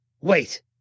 Wait